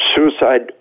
Suicide